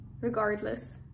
regardless